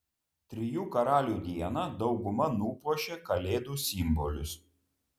trijų karalių dieną dauguma nupuošė kalėdų simbolius